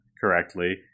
correctly